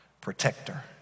protector